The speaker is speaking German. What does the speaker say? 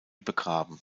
begraben